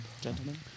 gentlemen